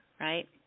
right